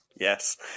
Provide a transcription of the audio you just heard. Yes